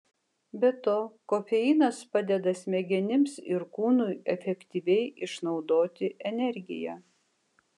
be to kofeinas padeda smegenims ir kūnui efektyviai išnaudoti energiją